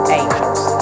angels